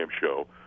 show